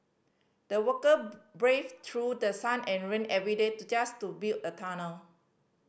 the worker braved through the sun and rain every day to just to build a tunnel